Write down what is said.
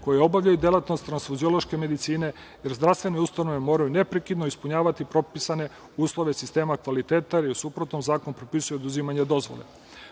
koje obavljaju delatnost transfuziološke medicine, jer zdravstvene ustanove moraju neprekidno ispunjavati propisane uslove sistema kvaliteta, jer u suprotnom zakon propisuje oduzimanje